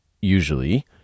usually